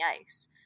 ice